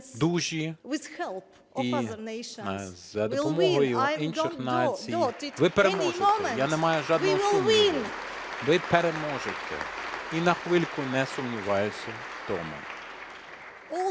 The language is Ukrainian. дужі, і за допомогою інших націй ви переможете. Я не маю жодного сумніву, ви переможете, і на хвильку не сумніваюся в тому.